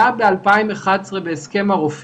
חוץ מזה שעם הצוותים הקיימים העלנו בצורה דרמטית